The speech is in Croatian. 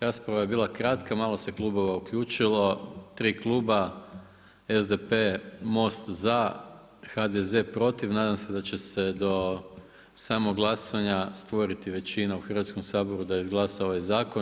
Rasprava je bila kratka, malo se klubova uključilo, 3 kluba, SDP, Most za, HDZ protiv, nadam se da će se do samog glasovanja stvoriti većina u Hrvatskom saboru da izglasa ovaj zakon.